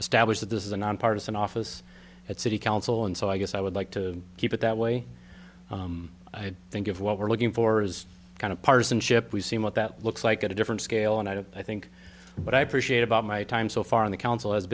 established that this is a nonpartisan office at city council and so i guess i would like to keep it that way i think of what we're looking for is kind of partisanship we've seen what that looks like at a different scale and i don't i think what i appreciate about my time so far in the council has